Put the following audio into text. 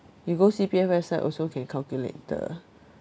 you go C_P_F website also can calculate the